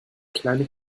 kleine